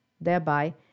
thereby